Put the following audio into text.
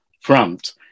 front